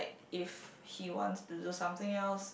if he wants to do something else